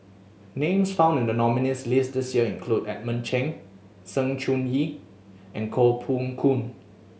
names found in the nominees' list this year include Edmund Cheng Sng Choon Yee and Koh Poh Koon